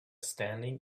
standing